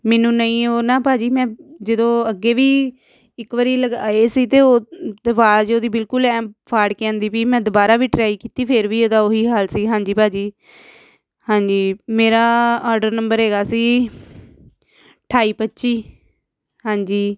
ਮੈਨੂੰ ਨਹੀਂ ਉਹ ਨਾ ਭਾਅ ਜੀ ਮੈਂ ਜਦੋਂ ਅੱਗੇ ਵੀ ਇੱਕ ਵਾਰੀ ਲਗਾਏ ਸੀ ਤੇ ਆਵਾਜ਼ ਉਹਦੀ ਬਿਲਕੁਲ ਹੈ ਫਾੜ ਕੇ ਆਉਂਦੀ ਵੀ ਮੈਂ ਦੁਬਾਰਾ ਵੀ ਟਰਾਈ ਕੀਤੀ ਫਿਰ ਵੀ ਇਹਦਾ ਉਹੀ ਹਾਲ ਸੀ ਹਾਂਜੀ ਭਾਅ ਜੀ ਹਾਂਜੀ ਮੇਰਾ ਆਡਰ ਨੰਬਰ ਹੈਗਾ ਸੀ ਅਠਾਈ ਪੱਚੀ ਹਾਂਜੀ